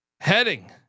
heading